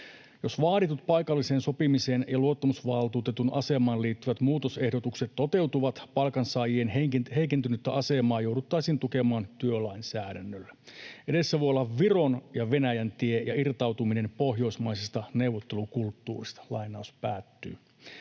Jos vaaditut paikalliseen sopimiseen ja luottamusvaltuutetun asemaan liittyvät muutosehdotukset toteutuvat, palkansaajien heikentynyttä asemaa jouduttaisiin tukemaan työlainsäädännöllä. Edessä voi olla Viron ja Venäjän tie ja irtautuminen pohjoismaisesta neuvottelukulttuurista.” Arvoisa